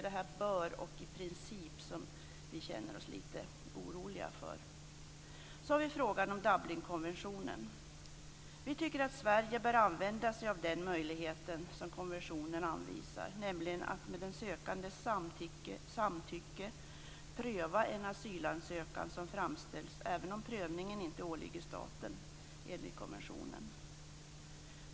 Det är bör och i princip som vi känner oss oroliga för. Sedan finns frågan om Dublinkonventionen. Vi tycker att Sverige bör använda sig av den möjlighet som konventionen anvisar, nämligen att med den sökandes samtycke pröva en asylansökan som har framställts även om prövningen inte åligger staten enligt konventionen.